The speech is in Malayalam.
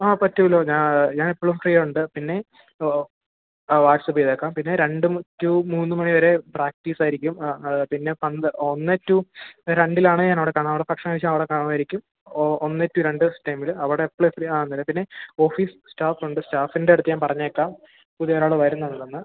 ആ പറ്റുമല്ലോ ഞാൻ ഞാൻ എപ്പോഴും ഫ്രീയുണ്ട് പിന്നെ അതോ ആ വാട്സപ്പ് ചെയ്തേക്കാം പിന്നെ രണ്ട് റ്റു മൂന്ന് മണി വരെ പ്രാക്റ്റീസായിരിക്കും ആ അത് പിന്നെ ഒന്ന് റ്റു രണ്ടിലാണ് ഞാൻ ഇവിടെ കാണാറ് പക്ഷേ അവിടെ കാണുമായിരിക്കും ഓ ഒന്ന് റ്റു രണ്ട് ടൈമിൽ അവിടെ എപ്പോഴും ഫ്രീയാവ്ന്നില്ലേ പിന്നെ ഓഫീസ് സ്റ്റാഫുണ്ട് സ്റ്റാഫിൻ്റട്ത്ത് ഞാൻ പറഞ്ഞേക്കാം പുതിയ ഒരാൾ വരുന്നുണ്ടെന്ന്